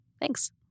Thanks